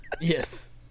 Yes